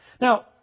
Now